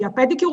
נכנסים.